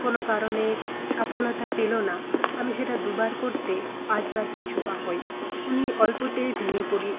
কোনো কারণে সফলতা পেলো না আমি সেটা দুবার করতে পাঁচবার পিছুপা হই আমি অল্পতেই ভেঙে পড়ি